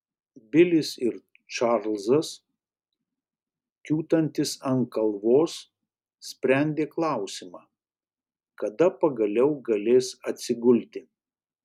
bilis ir čarlzas kiūtantys ant kalvos sprendė klausimą kada pagaliau galės atsigulti